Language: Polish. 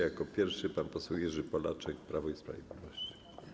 Jako pierwszy pan poseł Jerzy Polaczek, Prawo i Sprawiedliwość.